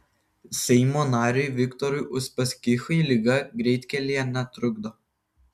seimo nariui viktorui uspaskichui liga greitkelyje netrukdo